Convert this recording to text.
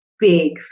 big